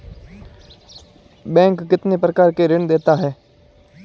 Bank कितने प्रकार के ऋण देता है?